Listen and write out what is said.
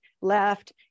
left